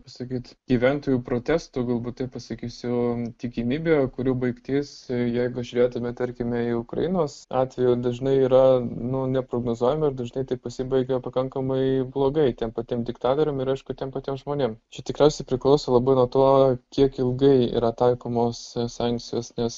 pasakyt gyventojų protestų galbūt taip pasakysiu tikimybių kurių baigtis jeigu žiūrėtume tarkime į ukrainos atvejį dažnai yra nu neprognozuojami ir dažnai tai pasibaigia pakankamai blogai tiem patiem diktatoriam ir aišku tiem patiem žmonėm ši čia tikriausiai priklauso labai nuo to kiek ilgai yra taikomos sankcijos nes